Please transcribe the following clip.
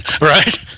Right